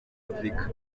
afurika